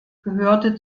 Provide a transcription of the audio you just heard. gehörte